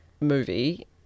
movie